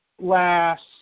last